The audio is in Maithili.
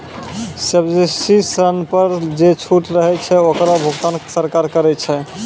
सब्सिडी ऋण पर जे छूट रहै छै ओकरो भुगतान सरकार करै छै